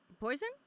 Poison